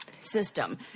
system